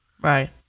Right